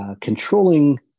controlling